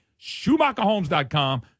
Schumacherhomes.com